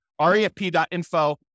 refp.info